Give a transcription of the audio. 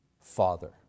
Father